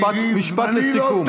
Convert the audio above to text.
משפט לסיכום.